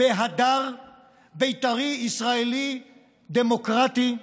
בהדר בית"רי ישראלי דמוקרטי,